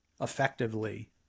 effectively